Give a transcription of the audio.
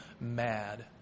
mad